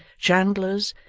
chandlers,